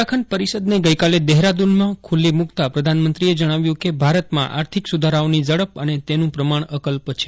ઉત્તરાખંડ પરિષદને ગઈકાલે દહેરાદૂનમાં ખુલ્લી મુકતા પ્રધાનમંત્રીએ જણાવ્યું કે ભારતમાં આર્થિક સુધારાઓની ઝડપ અને તેનું પ્રમાણ અકલ્પ છે